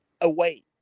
away